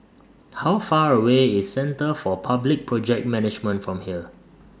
How Far away IS Centre For Public Project Management from here